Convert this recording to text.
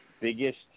biggest